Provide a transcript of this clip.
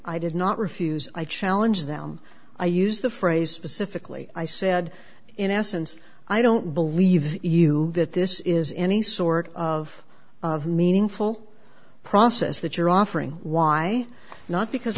i did not refuse i challenge them i used the phrase specifically i said in essence i don't believe you that this is any sort of meaningful process that you're offering why not because